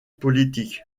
politique